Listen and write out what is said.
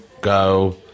go